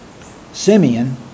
Simeon